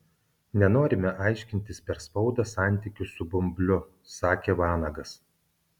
nenorime aiškintis per spaudą santykių su bumbliu sakė vanagas